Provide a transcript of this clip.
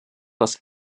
das